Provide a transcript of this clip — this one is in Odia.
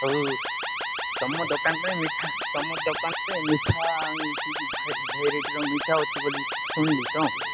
ହୋଉ ତୁମ ଦୋକାନ ପାଇଁ ମିଠା ତୁମ ଦୋକାନ ପାଇଁ ମିଠା ଭେରାଇଟ୍ର ମିଠା ଅଛି ବୋଲି ଶୁଣିଲି ତ